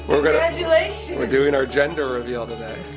congratulations we're doing our gender reveal today